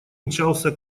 мчался